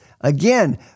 again